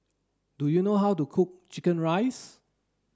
do you know how to cook chicken rice